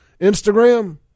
Instagram